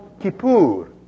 Kippur